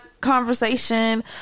conversation